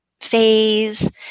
phase